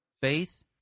Faith